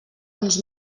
uns